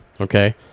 okay